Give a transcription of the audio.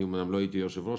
אמנם לא הייתי יושב-ראש,